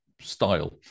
style